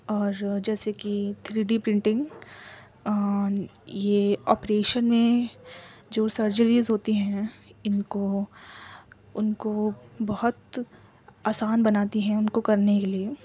اور جیسے کہ تھری ڈی پرنٹنگ یہ اوپریشن میں جو سرجریز ہوتی ہیں ان کو ان کو بہت آسان بناتی ہیں ان کو کرنے کے لیے